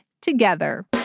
together